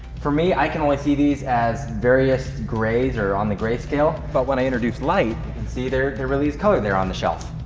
for me, i can only see these as various grays are on the gray scale, but when i introduced light, it's either they're released color they're on the shelf.